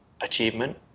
achievement